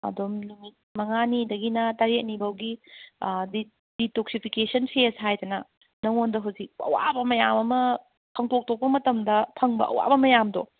ꯑꯗꯨꯝ ꯅꯨꯃꯤꯠ ꯃꯉꯥꯅꯤꯗꯒꯤꯅ ꯇꯔꯦꯠꯅꯤ ꯐꯥꯎꯗꯤ ꯗꯤꯇꯣꯛꯁꯤꯐꯤꯀꯦꯁꯟ ꯐꯦꯁ ꯍꯥꯏꯗꯅ ꯅꯪꯉꯣꯟꯗ ꯍꯧꯖꯤꯛ ꯑꯋꯥꯕ ꯃꯌꯥꯝ ꯑꯃ ꯈꯪꯇꯣꯛ ꯇꯣꯛꯄ ꯃꯇꯝꯗ ꯐꯪꯕ ꯑꯌꯥꯕ ꯃꯌꯥꯝꯗꯣ